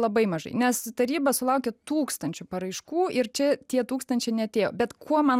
labai mažai nes taryba sulaukė tūkstančių paraiškų ir čia tie tūkstančiai ne tie bet kuo man